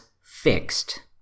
fixed